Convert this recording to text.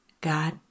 God